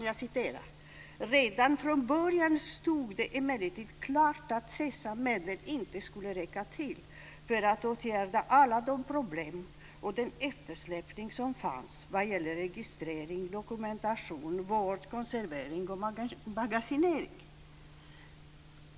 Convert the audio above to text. Jag citerar: "Redan från början stod det emellertid klart att SESAM-medlen inte skulle räcka till för att åtgärda alla de problem och den eftersläpning som fanns vad gäller registrering, dokumentation, vård, konservering och magasinering.